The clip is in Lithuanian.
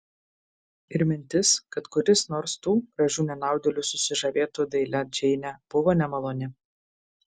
ir mintis kad kuris nors tų gražių nenaudėlių susižavėtų dailia džeine buvo nemaloni